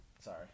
sorry